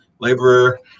laborer